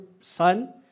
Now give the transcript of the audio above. son